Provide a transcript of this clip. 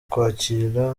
kwakira